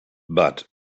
but